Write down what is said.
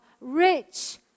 rich